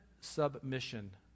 submission